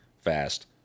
fast